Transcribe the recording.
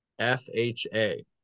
FHA